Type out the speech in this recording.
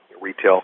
retail